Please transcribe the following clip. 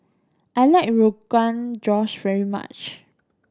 I like Rogan Josh very much